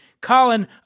Colin